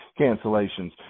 cancellations